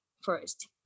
first